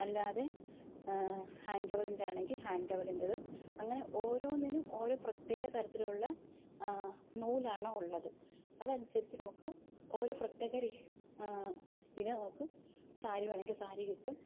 അല്ലാതെ ഹാൻഡ് ടവ്വലിൻ്റെയാണെങ്കിൽ ഹാൻഡ് ടവ്വലിൻ്റേത് അങ്ങനെ ഓരോന്നിനും ഓരോ പ്രത്യേക തരത്തിലുള്ള നൂലാണ് ഉള്ളത് അതനുസരിച്ച് നമുക്ക് ഓരോ പ്രത്യേക രീതിക്കാകും സാരി വേണമെങ്കിൽ സാരി കിട്ടും